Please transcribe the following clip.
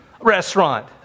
restaurant